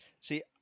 See